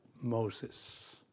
Moses